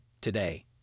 today